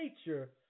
nature